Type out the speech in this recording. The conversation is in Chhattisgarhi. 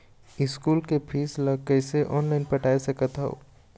स्कूल के फीस ला कैसे ऑनलाइन पटाए सकत हव?